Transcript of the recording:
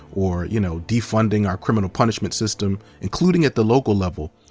or, you know, defunding our criminal punishment system, including at the local level,